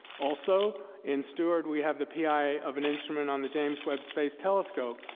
also, in steward, we have the pi of an instrument on the james webb space telescope,